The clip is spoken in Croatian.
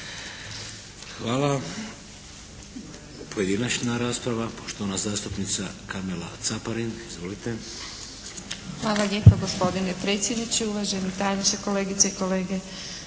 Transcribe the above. Hvala. Pojedinačna rasprava poštovana zastupnica Karmela Caparin. Izvolite. **Caparin, Karmela (HDZ)** Hvala lijepa gospodine predsjedniče, uvaženi tajniče, kolegice i kolege